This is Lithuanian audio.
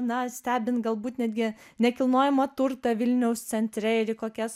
na stebin galbūt netgi nekilnojamą turtą vilniaus centre ir į kokias